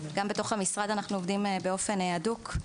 גם בתוך המשרד אנחנו עובדים באופן הדוק.